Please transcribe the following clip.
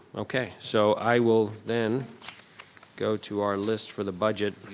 okay. so i will then go to our list for the budget.